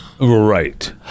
Right